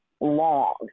long